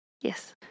yes